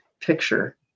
picture